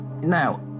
Now